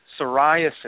psoriasis